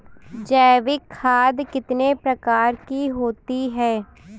जैविक खाद कितने प्रकार की होती हैं?